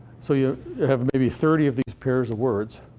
so you have maybe thirty of these pairs of words,